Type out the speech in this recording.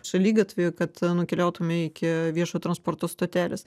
šaligatvį kad nukeliautume iki viešojo transporto stotelės